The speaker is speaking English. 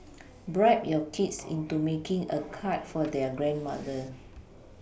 bribe your kids into making a card for their grandmother